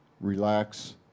relax